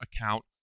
account